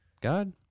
God